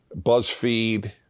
BuzzFeed